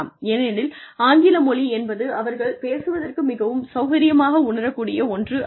ஏனெனில் ஆங்கில மொழி என்பது அவர்கள் பேசுவதற்கு மிகவும் சௌகரியமாக உணரக்கூடிய ஒன்று அல்ல